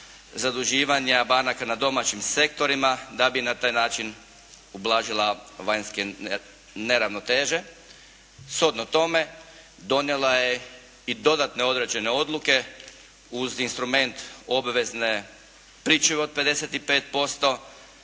zaduživanja banaka na domaćin sektorima da bi na taj način ublažila vanjske neravnoteže. Shodno tome donijela je i dodatne određene odluke uz instrument obavezne pričuve od 55%